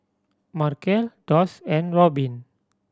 Markel Doss and Robbin